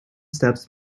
steps